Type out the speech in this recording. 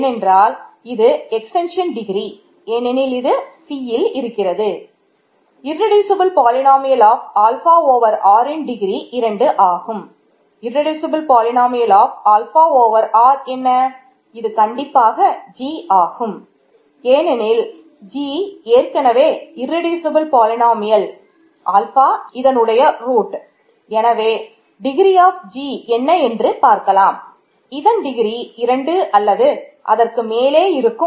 ஏனெனில் இது Cல் இருக்கிறது இர்ரெடியூசபல் ஏற்கனவே Rல் இருக்கும்